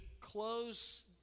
close